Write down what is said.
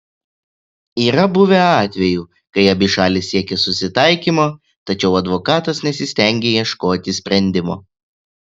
yra buvę atvejų kai abi šalys siekė susitaikymo tačiau advokatas nesistengė ieškoti sprendimo